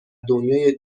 دنیای